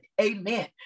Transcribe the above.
Amen